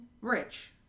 rich